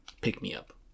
pick-me-up